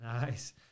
Nice